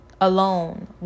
Alone